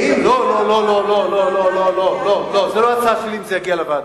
לא, זו לא ההצעה שלי אם זה יגיע לוועדה.